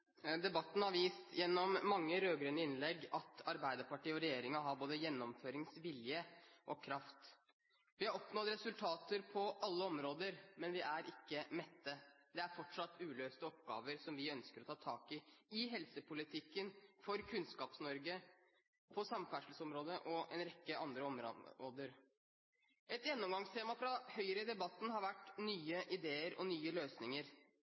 ikke mette. Det er fortsatt uløste oppgaver som vi ønsker å ta tak i – i helsepolitikken, for Kunnskaps-Norge, på samferdselsområdet og en rekke andre områder. Et gjennomgangstema fra Høyre i debatten har vært nye ideer og nye løsninger,